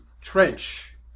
trench